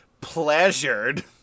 pleasured